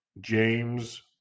James